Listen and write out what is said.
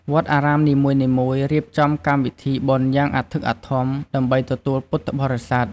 វត្តអារាមនីមួយៗរៀបចំកម្មវិធីបុណ្យយ៉ាងអធិកអធមដើម្បីទទួលពុទ្ធបរិស័ទ។